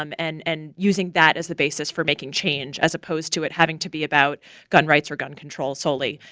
um and and using that as the basis for making change as opposed to it having to be about gun rights or gun control solely.